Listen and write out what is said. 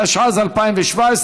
התשע"ז 2017,